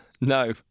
No